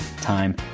time